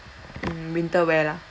winter wear lah